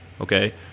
okay